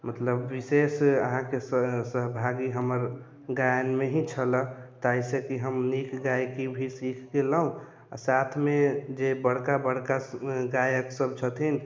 मतलब विशेष अहाँकेँ सहभागी हमर गायनमे ही छलैया ताहिसँ कि हम गायकी भी सीख गेलहुँ आ साथमे जे बड़का बड़का गायक सभ छथिन